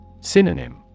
Synonym